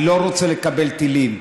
אני לא רוצה לקבל טילים.